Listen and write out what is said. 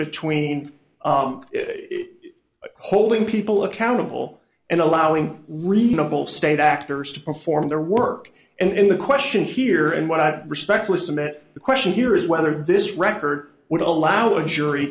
between holding people accountable and allowing reasonable state actors to perform their work and the question here and what i respectfully submit the question here is whether this record would allow a jury